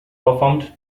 performed